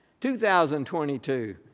2022